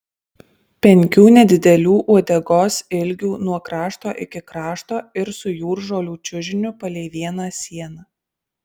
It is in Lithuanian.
penkių nedidelių uodegos ilgių nuo krašto iki krašto ir su jūržolių čiužiniu palei vieną sieną